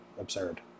absurd